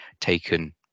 taken